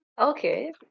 okay